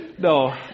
No